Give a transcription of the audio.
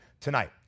tonight